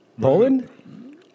Poland